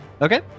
Okay